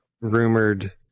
rumored